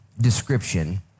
description